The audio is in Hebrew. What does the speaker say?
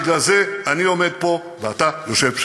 בגלל זה אני עומד פה, ואתה יושב שם.